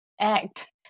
act